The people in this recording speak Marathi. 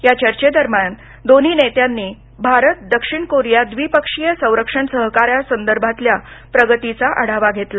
या चर्चे दरम्यातन दोन्ही नेत्यांनी भारत दक्षिण कोरिया द्वीपक्षीय संरक्षण सहकार्यासंदर्भातल्या प्रगतीचा आढावा घेतला